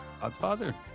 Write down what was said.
Godfather